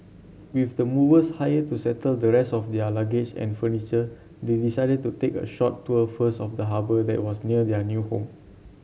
with the movers hired to settle the rest of their luggage and furniture they decided to take a short tour first of the harbour that was near their new home